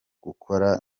gukora